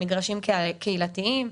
מגרשים קהילתיים,